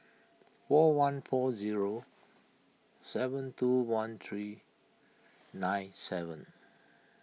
four one four zero seven two one three nine seven